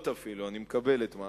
בעיות גדולות אפילו, אני מקבל את מה